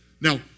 Now